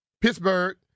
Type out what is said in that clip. Pittsburgh